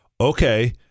Okay